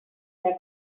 their